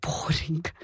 Boring